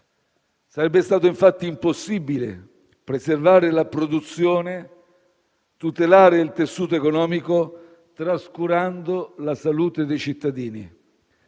Sarebbe stato infatti impossibile preservare la produzione e tutelare il tessuto economico trascurando la salute dei cittadini.